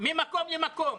מקום למקום.